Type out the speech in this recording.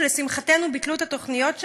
שלשמחתנו ביטלו את התוכניות שם.